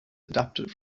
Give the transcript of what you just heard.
adapted